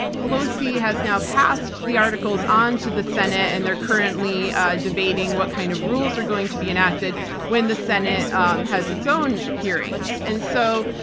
pelosi has now passed the articles on to the senate and they're currently debating what kind of rules are going to be enacted when the senate um has its own hearings. and so,